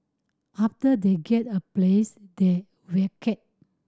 after they get a place they vacate